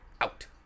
out